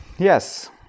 yes